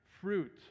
fruit